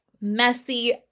messy